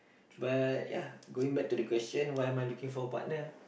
but ya going back to the question why am I looking for a partner